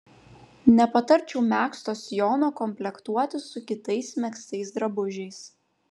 nepatarčiau megzto sijono komplektuoti su kitais megztais drabužiais